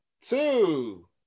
two